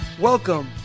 Welcome